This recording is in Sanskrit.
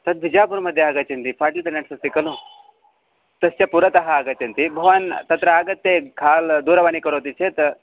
तद् बिजापुर् मध्ये आगच्छ फाटितनेट् अस्ति खलु तस्य पुरतः आगच्छन्ति भवान् तत्र आगत्य काल् दूरवाणीं करोति चेत्